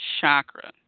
chakra